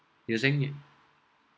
you think it